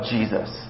Jesus